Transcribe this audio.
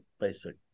basic